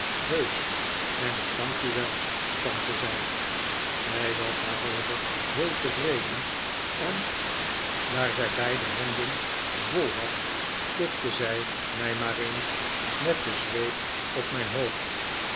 heusch en ik dank u wel tante zei ik zij was daarover heel tevreden en daar zij beide handen vol had tikte zij mij maar kennismaking'met uriah he ep eens met de zweep op mijn hoofd